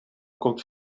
komt